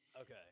okay